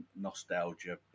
nostalgia